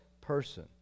person